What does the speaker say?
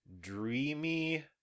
Dreamy